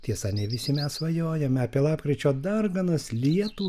tiesa ne visi mes svajojame apie lapkričio darganas lietų